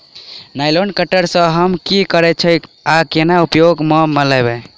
Nylon cutter सँ हम की करै छीयै आ केना उपयोग म लाबबै?